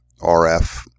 RF